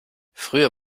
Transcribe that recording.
früher